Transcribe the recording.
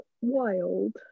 Wild